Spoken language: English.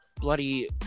bloody